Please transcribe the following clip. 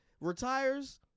retires